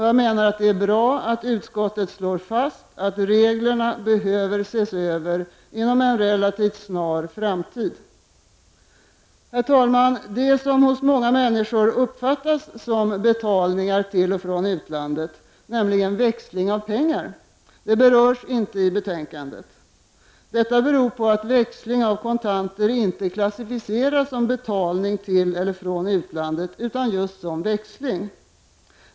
Det är bra att utskottet slår fast att reglerna behöver ses över inom en relativt snar framtid. Herr talman! Det som hos många människor uppfattas som betalningar till och från utlandet — nämligen växling av pengar — berörs inte i betänkandet. Detta beror på att växling av kontanter inte klassificeras som betalning till eller från utlandet utan just som växling.